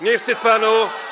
Nie wstyd panu?